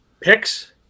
Picks